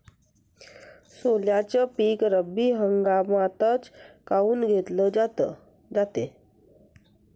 सोल्याचं पीक रब्बी हंगामातच काऊन घेतलं जाते?